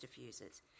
diffusers